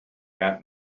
got